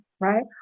right